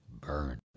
burn